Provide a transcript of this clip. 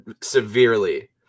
severely